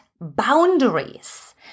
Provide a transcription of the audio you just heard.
boundaries